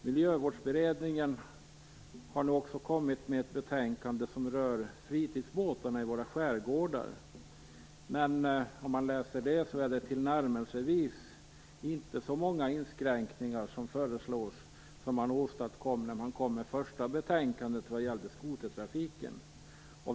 Miljövårdsberedningen har nu också kommit med ett betänkande som rör fritidsbåtarna i våra skärgårdar. Om man läser det föreslås det inte tillnärmelsevis så många inskränkningar som man åstadkom när man kom med det första betänkandet som gällde skotertrafiken.